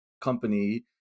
company